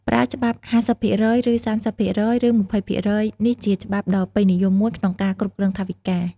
ប្រើច្បាប់ ៥០% ឬ៣០% ឬ២០% នេះជាច្បាប់ដ៏ពេញនិយមមួយក្នុងការគ្រប់គ្រងថវិកា។